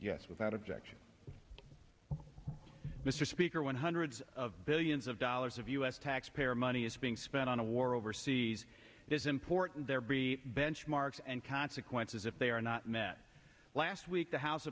yes without objection mr speaker when hundreds of billions of dollars of u s taxpayer money is being spent on a war overseas this important there be benchmarks and consequences if they are not met last week the house